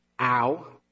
Ow